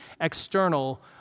external